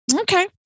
okay